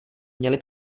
měli